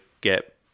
get